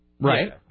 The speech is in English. right